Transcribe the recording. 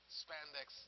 spandex